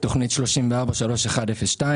תוכנית 34-3102: